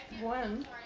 One